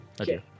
Okay